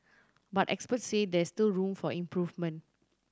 but experts say there is still room for improvement